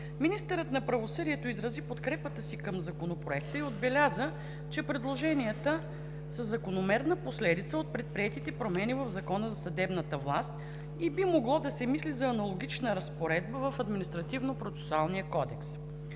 Министърът на правосъдието изрази подкрепата си към Законопроекта и отбеляза, че предложенията са закономерна последица от предприетите промени в Закона за съдебната власт и би могло да се мисли за аналогична разпоредба в Административнопроцесуалния кодекс.